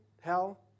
hell